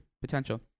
potential